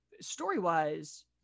story-wise